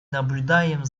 наблюдаем